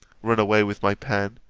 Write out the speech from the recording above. run away with my pen,